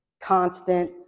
constant